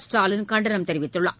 ஸ்டாலின் கண்டனம் தெரிவித்துள்ளார்